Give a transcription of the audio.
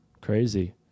crazy